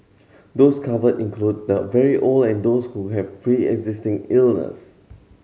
those covered include the very old and those who have preexisting illness